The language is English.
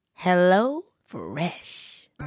HelloFresh